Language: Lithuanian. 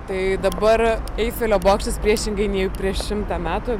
tai dabar eifelio bokštas priešingai nei prieš šimtą metų